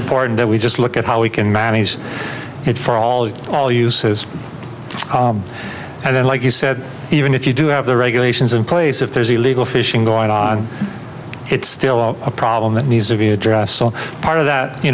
important that we just look at how we can manage it for all it all uses and then like he said even if you do have the regulations in place if there's a legal fishing going on it's still a problem that needs to be addressed so part of that you